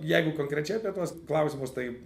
jeigu konkrečiai apie tuos klausimus tai